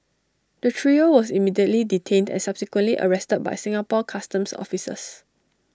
the trio was immediately detained and subsequently arrested by Singapore Customs officers